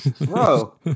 bro